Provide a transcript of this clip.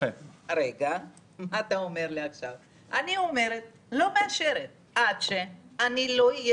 אני אומרת שאני לא מאשרת עד שלא אהיה